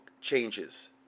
changes